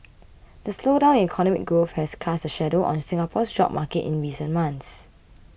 the slowdown in economic growth has cast a shadow on Singapore's job market in recent months